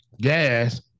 gas